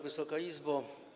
Wysoka Izbo!